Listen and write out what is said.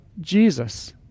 Jesus